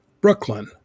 Brooklyn